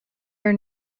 are